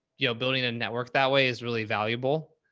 you know, building a network that way is really valuable.